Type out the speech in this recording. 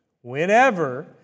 whenever